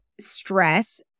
stress